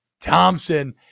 Thompson